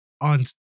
on